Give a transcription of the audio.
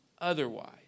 otherwise